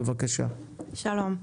שלום.